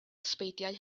ysbeidiau